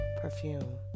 perfume